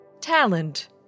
talent